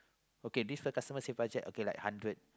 okay this the customer say budget okay like hundred